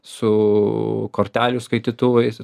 su kortelių skaitytuvais